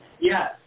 Yes